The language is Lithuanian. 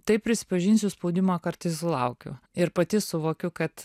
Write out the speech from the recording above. taip prisipažinsiu spaudimo kartais sulaukiu ir pati suvokiu kad